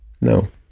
no